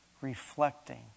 reflecting